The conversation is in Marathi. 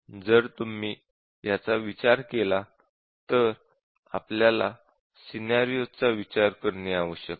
जर तुम्ही याचा विचार केला तर आपल्याला सिनॅरिओज चा विचार करणे आवश्यक आहे